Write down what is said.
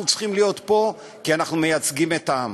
אנחנו צריכים להיות פה כי אנחנו מייצגים את העם.